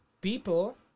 People